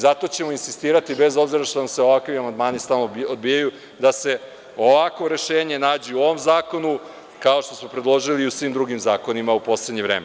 Zato ćemo insistirati, bez obzira što nam se ovakvi amandmani stalno odbijaju, da se ovakvo rešenje nađe u ovom zakonu, kao što smo predložili i u svim drugim zakonima u poslednje vreme.